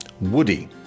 Woody